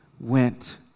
went